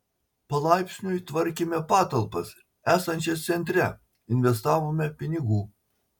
palaipsniui tvarkėme patalpas esančias centre investavome pinigų